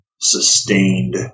sustained